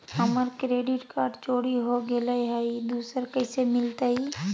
हमर credit card चोरी हो गेलय हई, दुसर कैसे मिलतई?